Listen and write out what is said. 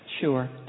Sure